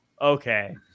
okay